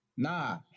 Nah